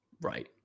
Right